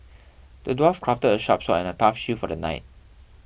the dwarf crafted a sharp sword and a tough shield for the knight